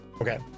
Okay